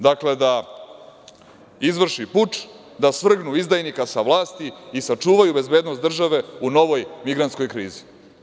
Dakle, da izvrši puč da, da svrgnu izdajnika sa vlasti i sačuvaju bezbednost države u novoj migrantskoj krizi.